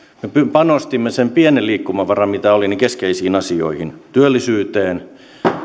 me panostimme sen pienen liikkumavaran mitä oli keskeisiin asioihin työllisyyteen